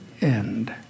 end